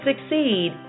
succeed